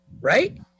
right